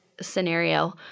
scenario